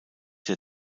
der